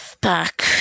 back